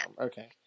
Okay